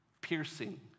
piercing